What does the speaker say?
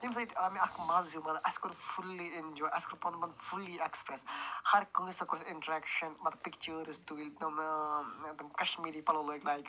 تَمہِ سۭتۍ آو مےٚ اَکھ مَزٕ ہیٛو مطلب اسہِ کوٚر فُلی ایٚنجواے اسہِ کوٚر پَنُن پان فُلی ایٚکٕسپرٛیٚس ہَر کٲنسہِ سۭتۍ ہسا کوٚر اسہِ اِنٹرٛیکشَن مطلب پِکچٲرش تُلۍ تِم ٲں تِم کَشمیٖری پَلو لٲگۍ تَتہِ